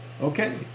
Okay